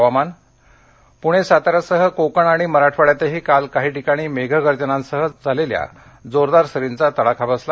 हवामान पुणे सातऱ्यासह कोकण आणि मराठवाङ्यातही काल काही ठिकाणी मेघगर्जनांसह आलेल्या जोरदार सरींचा तडाखा बसला